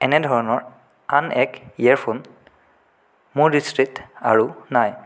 এনে ধৰণৰ আন এক ইয়েৰফোন মোৰ দৃষ্টিত আৰু নাই